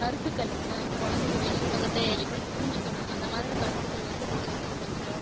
கருத்துக்கள் இப்போ குழந்தைங்க வெளி உலகத்தை எப்படி புரிஞ்சிக்கணும் அந்த மாதிரி கருத்துக்கள் வந்து ஊடகத்தில் கொஞ்சம்